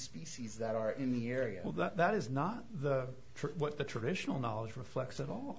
species that are in the area well that is not the what the traditional knowledge reflexive all